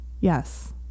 Yes